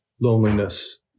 loneliness